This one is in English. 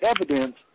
evidence